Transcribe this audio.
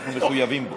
ואנחנו מחויבים בו?